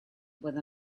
with